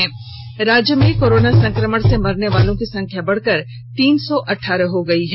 वहीं राज्य में कोरोना संकमण से मरने वाले की संख्या बढ़कर तीन सौ अट्ठारह हो गयी है